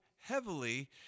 heavily